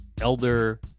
elder